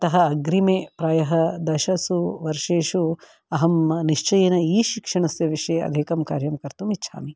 अतः अग्रिमे प्रायः दशसु वर्षेशु अहं निश्चयेन ई शिक्षणस्य विषये अधिकं कार्यं कर्तुम् इच्छामि